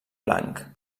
blanc